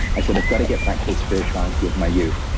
i said i've got to get back to the spirituality of my youth.